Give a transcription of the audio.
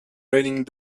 raining